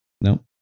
no